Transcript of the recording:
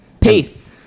peace